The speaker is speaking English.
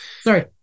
Sorry